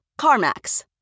CarMax